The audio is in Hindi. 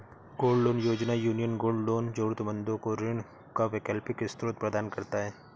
गोल्ड लोन योजना, यूनियन गोल्ड लोन जरूरतमंदों को ऋण का वैकल्पिक स्रोत प्रदान करता है